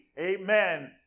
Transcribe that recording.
Amen